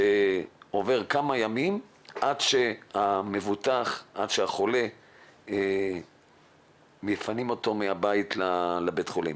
שעוברים כמה ימים עד שהחולה המבוטח מפונה מהבית לבית החולים.